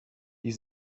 die